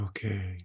Okay